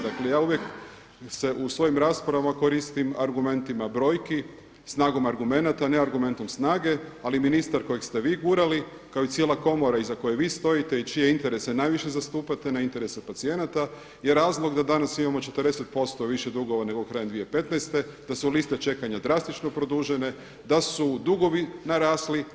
Dakle, ja uvijek se u svojim raspravama koristim argumentima brojki, snagom argumenata, ne argumentom snage ali ministar kojeg ste vi gurali kao i cijela komora iza koje vi stojite i čije interese najviše zastupate, ne interese pacijenata je razlog da danas imamo 40% više dugova, nego krajem 2015., da su liste čekanja drastično produžene, da su dugovi narasli.